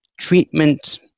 treatment